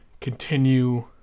continue